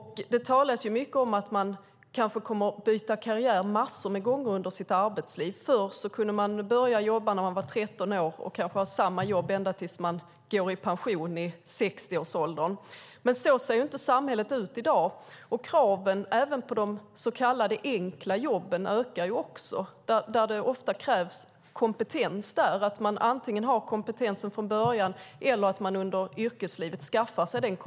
Det talas mycket om att man kan komma att byta karriär många gånger i sitt arbetsliv. Förr kunde man börja jobba när man var 13 år och kanske ha samma jobb tills man gick i pension i 60-årsåldern. Så ser inte samhället ut i dag. Kraven ökar, även på de så kallade enkla jobben, där det ofta krävs kompetens. Antingen ska man ha kompetensen från början eller skaffa sig den under yrkeslivets gång.